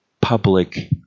public